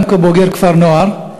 גם כבוגר כפר-נוער.